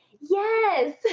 yes